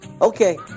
Okay